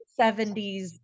70s